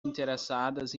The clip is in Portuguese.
interessadas